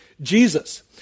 Jesus